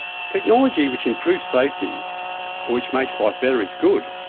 technology which improves safety or which makes life better is good,